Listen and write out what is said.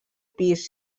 pis